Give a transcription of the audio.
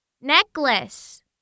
necklace